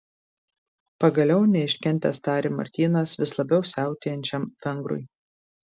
pagaliau neiškentęs tarė martynas vis labiau siautėjančiam vengrui